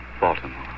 Baltimore